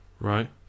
Right